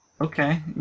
Okay